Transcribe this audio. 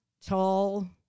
tall